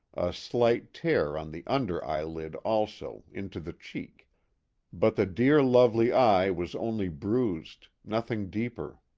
slight tear on the under eyelid also, into the cheek but the dear lovely eye was only bruised nothing deeper.